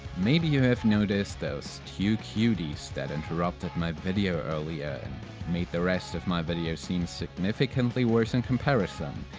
maybe you have noticed those two cuties that interrupted my video earlier and made the rest of my video seem significantly worse in comparison.